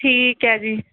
ਠੀਕ ਹੈ ਜੀ